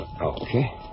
Okay